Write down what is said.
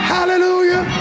Hallelujah